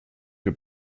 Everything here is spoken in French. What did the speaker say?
que